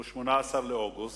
שהוא 18 באוגוסט,